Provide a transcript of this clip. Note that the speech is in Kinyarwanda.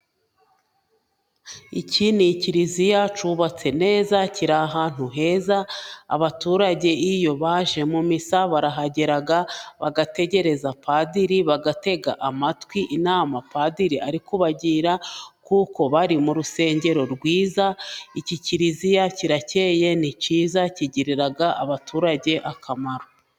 Iki ni ikiliziya cyubatse neza kiri ahantu heza, abaturage iyo baje mu misa barahagera bagategereza padiri bagatega amatwi inama padiri ari kubagira kuko bari mu rusengero rwiza, iki kiliziya kiracyeye ni cyiza kigirira abaturage akamaro.